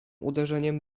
uderzeniem